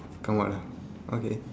come out ah okay